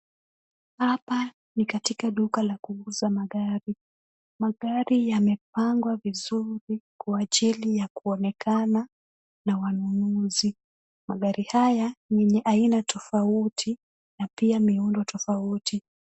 Hapa ni katika duka la kuuza magari. Magari yamepangwa vizuri kwa ajili ya kuonekana na wanunuzi. Magari haya ni ya aina tofauti na pia miundo tofauti.